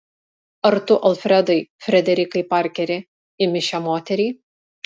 ar tu alfredai frederikai parkeri imi šią moterį